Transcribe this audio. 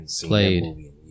played